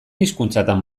hizkuntzatan